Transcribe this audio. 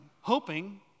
Hoping